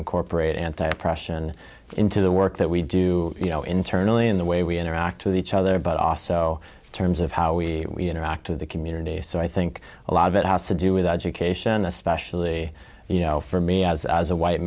incorporate anti depression into the work that we do you know internally in the way we interact with each other but also terms of how we interact with the community so i think a lot of it has to do with education especially you know for me as a white